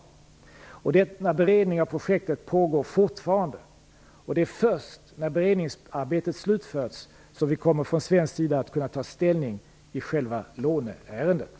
Denna beredning av projektet pågår fortfarande. Det är först när beredningsarbetet slutförts som vi från svensk sida kommer att kunna ta ställning i själva låneärendet.